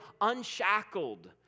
unshackled